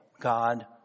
God